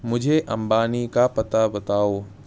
مجھے امبانی کا پتہ بتاؤ